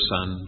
Son